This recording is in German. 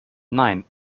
nein